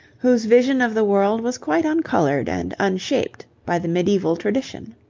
whose vision of the world was quite uncoloured and unshaped by the medieval tradition.